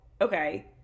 okay